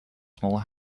smaller